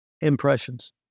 impressions